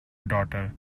daughter